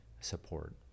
support